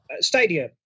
stadium